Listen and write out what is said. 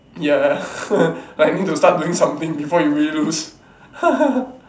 ya like you need to start doing something before you really lose